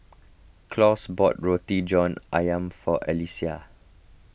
Claus bought Roti John Ayam for Allyssa